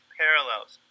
parallels